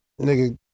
Nigga